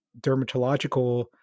dermatological